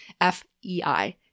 F-E-I